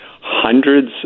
hundreds